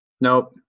Nope